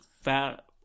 fat